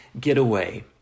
getaway